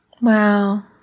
Wow